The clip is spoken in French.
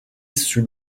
sous